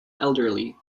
elderly